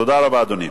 תודה רבה, אדוני.